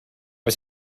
was